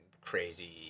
crazy